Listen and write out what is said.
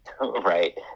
Right